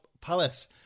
Palace